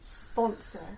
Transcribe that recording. sponsor